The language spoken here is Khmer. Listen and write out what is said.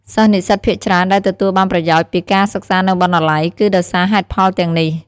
សិស្សនិស្សិតភាគច្រើនដែលទទួលបានប្រយោជន៍ពីការសិក្សានៅបណ្ណាល័យ គឺដោយសារហេតុផលទាំងនេះ។